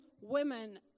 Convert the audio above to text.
women